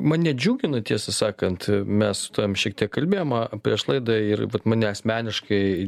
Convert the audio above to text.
mane džiugina tiesą sakant a mes su tavim šiek tiek kalbėjom a prieš laidą ir vat mane asmeniškai